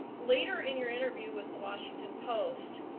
um later in your interview, with the washington post,